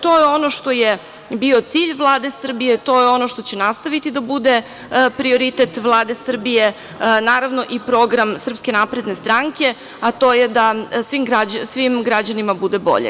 To je ono što je bio cilj Vlade Srbije, to je ono što će nastaviti da bude prioritet Vlade Srbije, naravno i program SNS, a to je da svim građanima bude bolje.